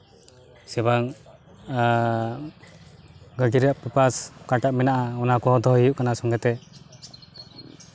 ᱥᱮ ᱵᱟᱝ ᱜᱟᱹᱰᱤ ᱨᱮᱭᱟᱜ ᱯᱮᱯᱟᱨᱥ ᱚᱠᱟᱴᱟᱜ ᱢᱮᱱᱟᱜᱼᱟ ᱚᱱᱟ ᱠᱚᱦᱚᱸ ᱫᱚᱦᱚᱭ ᱦᱩᱭᱩᱜ ᱠᱟᱱᱟ ᱥᱚᱸᱜᱮᱛᱮ